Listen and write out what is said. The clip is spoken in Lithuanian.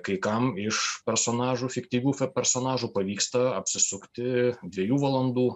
kai kam iš personažų fiktyvių personažų pavyksta apsisukti dviejų valandų